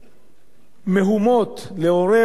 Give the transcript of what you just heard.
לעורר מהומות פה בציבור,